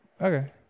okay